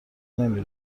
نمی